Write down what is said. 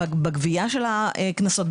בגבייה של הקנסות,